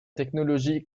technologie